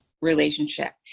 relationship